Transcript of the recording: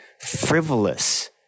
frivolous